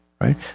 right